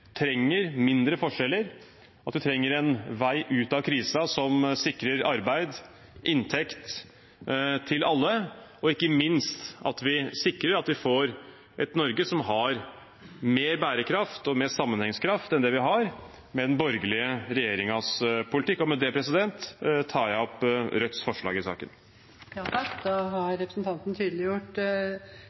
trenger mindre forskjeller, at vi trenger en vei ut av krisen som sikrer arbeid og inntekt til alle, og ikke minst sikrer at vi får et Norge som har mer bærekraft og mer sammenhengskraft enn det vi har med den borgerlige regjeringens politikk. Med det tar jeg opp Rødts forslag i saken. Da har representanten